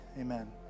Amen